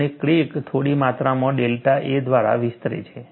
અને ક્રેક થોડી માત્રામાં ડેલ્ટા a દ્વારા વિસ્તરે છે